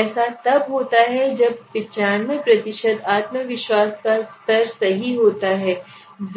ऐसा तब होता है जब 95प्रतिशत आत्मविश्वास का स्तर सही होता है